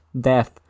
Death